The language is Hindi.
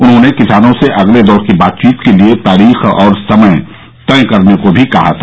उन्होंने किसानों से अगले दौर की बातचीत के लिए तारीख और समय तय करने को भी कहा था